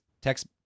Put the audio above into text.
text